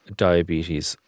diabetes